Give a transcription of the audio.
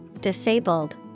disabled